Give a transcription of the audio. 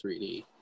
3D